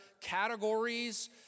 categories